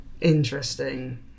Interesting